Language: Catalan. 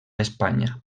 espanya